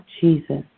Jesus